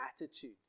attitude